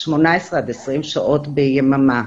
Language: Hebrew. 18 עד 20 שעות ביממה.